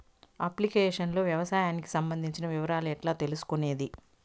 Application లో వ్యవసాయానికి సంబంధించిన వివరాలు ఎట్లా తెలుసుకొనేది?